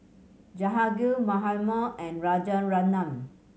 Jehangirr Mahatma and Rajaratnam